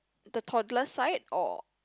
the toddler's side or